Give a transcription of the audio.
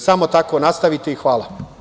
Samo tako nastavite i hvala.